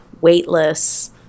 weightless